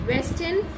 Western